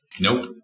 Nope